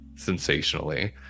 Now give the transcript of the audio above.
Sensationally